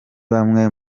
bamwe